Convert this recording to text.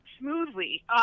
Smoothly